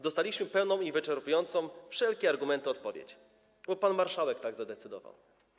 Dostaliśmy pełną i wyczerpującą wszelkie argumenty odpowiedź: bo pan marszałek tak zadecydował.